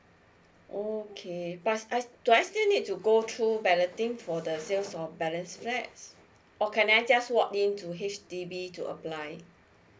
oh okay but I do I still need to go through balloting for the sale of balance flats or can I just walk into H_D_B to apply